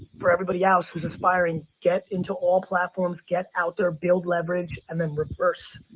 for everybody else who's aspiring, get into all platforms, get out there, build leverage and then reverse